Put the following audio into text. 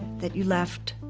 that you left